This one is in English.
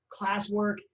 classwork